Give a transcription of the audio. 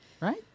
right